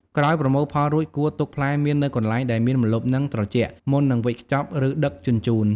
ក្រោយប្រមូលផលរួច គួរទុកផ្លែមៀននៅកន្លែងដែលមានម្លប់ និងត្រជាក់ មុននឹងវេចខ្ចប់ ឬដឹកជញ្ជូន។